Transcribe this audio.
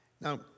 Now